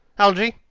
algy,